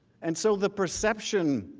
and so the perception,